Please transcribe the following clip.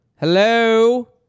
Hello